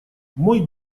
мой